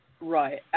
Right